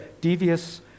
devious